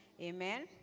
Amen